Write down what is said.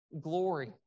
glory